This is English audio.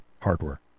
hardware